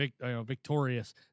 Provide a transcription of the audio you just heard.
victorious